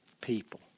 people